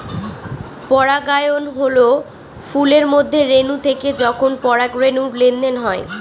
পরাগায়ন হল ফুলের মধ্যে রেনু থেকে যখন পরাগরেনুর লেনদেন হয়